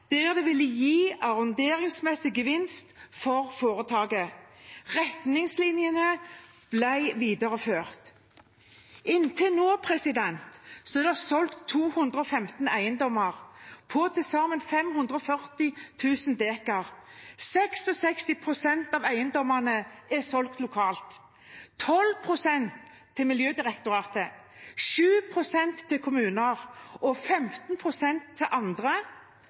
der det ville gi arronderingsmessig gevinst for foretaket. Retningslinjene ble videreført. Inntil nå er det solgt 215 eiendommer på til sammen 540 000 dekar. 66 pst. av eiendommene er solgt lokalt, 12 pst. til Miljødirektoratet, 7 pst. til kommuner og 15 pst. til andre.